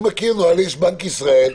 אני מכיר שיש בנק ישראל,